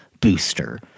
booster